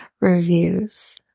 reviews